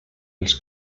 els